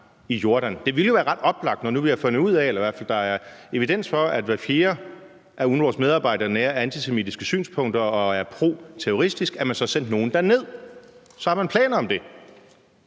i Jordan? Det ville jo være ret oplagt, når nu vi har fundet ud af – det er der i hvert fald evidens for – at hver fjerde af UNRWA's medarbejdere nærer antisemitiske synspunkter og er proterroristiske, at man så sendte nogle derned. Så har man planer om det?